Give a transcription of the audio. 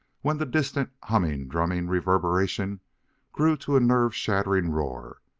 when the distant, humming, drumming reverberation grew to a nerve-shattering roar,